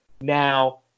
Now